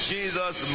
Jesus